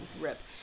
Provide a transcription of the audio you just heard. rip